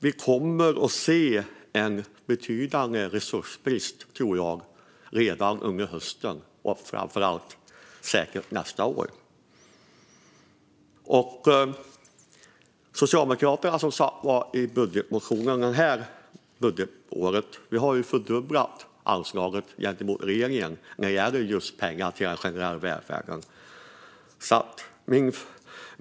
Vi kommer att se en betydande resursbrist redan under hösten, tror jag, och säkert under nästa år. Socialdemokraterna har i sin budgetmotion för det här budgetåret som sagt fördubblat anslaget jämfört med regeringens när det gäller pengar till den generella välfärden.